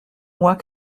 mois